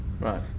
Right